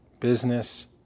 business